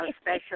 special